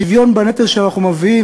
השוויון בנטל שאנחנו מביאים,